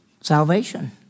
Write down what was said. salvation